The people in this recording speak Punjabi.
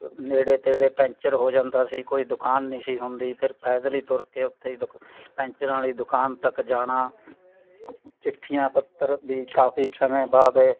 ਨੇੜੇ ਤੇੜੇ ਪੈਂਚਰ ਹੋ ਜਾਂਦਾ ਸੀ ਕੋਈ ਦੁਕਾਨ ਨਹੀਂ ਸੀ ਹੁੰਦੀ ਫੇਰ ਪੈਦਲ ਹੀ ਤੁਰ ਕੇ ਉੱਥੇ ਦੁਕ ਪੈਂਚਰਾਂ ਵਾਲੀ ਦੁਕਾਨ ਤੱਕ ਜਾਣਾ ਚਿੱਠੀਆਂ ਪੱਤਰ ਵੀ ਕਾਫ਼ੀ ਸਮੇਂ ਬਾਅਦ